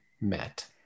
met